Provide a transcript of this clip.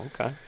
Okay